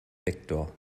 vektor